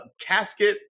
casket